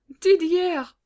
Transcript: Didier